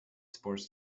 sports